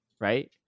right